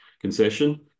concession